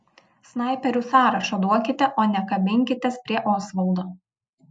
snaiperių sąrašą duokite o ne kabinkitės prie osvaldo